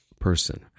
person